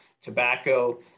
tobacco